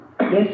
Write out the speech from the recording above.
Yes